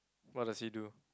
what does he do